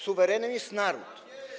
Suwerenem jest naród.